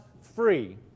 free